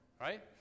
Right